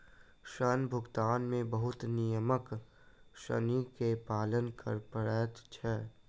ऋण भुगतान के बहुत नियमक ऋणी के पालन कर पड़ैत छै